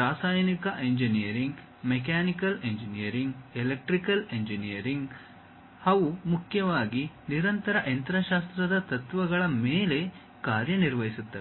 ರಾಸಾಯನಿಕ engineering mechanical electrical engineering ಅವು ಮುಖ್ಯವಾಗಿ ನಿರಂತರ ಯಂತ್ರಶಾಸ್ತ್ರದ ತತ್ವಗಳ ಮೇಲೆ ಕಾರ್ಯನಿರ್ವಹಿಸುತ್ತವೆ